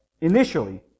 initially